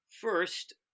first